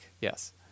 Yes